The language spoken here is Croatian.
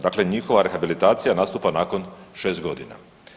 Dakle, njihova rehabilitacija nastupa nakon 6 godina.